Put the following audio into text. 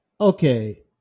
Okay